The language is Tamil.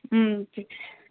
ம்